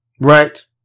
Right